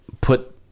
put